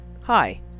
Hi